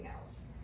else